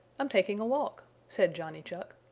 i'm taking a walk, said johnny chuck.